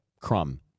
crumb